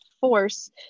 force